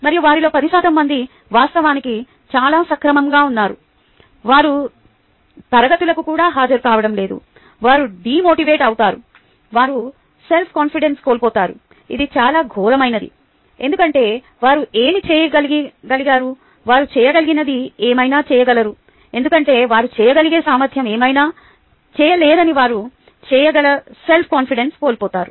మరియు వారిలో 10 శాతం మంది వాస్తవానికి చాలా సక్రమంగా ఉన్నారు వారు తరగతులకు కూడా హాజరు కావడం లేదు వారు డీమోటివేట్ అవుతారు వారు సెల్ఫ్ కాన్ఫిడెన్స్ కోల్పోతారు ఇది చాలా ఘోరమైనది ఎందుకంటే వారు ఏమి చేయగలిగారు వారు చేయగలిగినది ఏమైనా చేయగలరు ఎందుకంటే వారు చేయగలిగే సామర్థ్యం ఏమైనా చేయలేరని వారు చేయగల సెల్ఫ్ కాన్ఫిడెన్స్ కోల్పోతారు